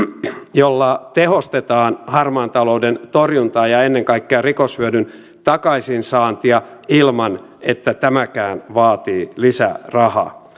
jolla tehostetaan harmaan talouden torjuntaa ja ennen kaikkea rikoshyödyn takaisinsaantia ilman että tämäkään vaatii lisää rahaa